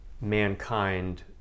Mankind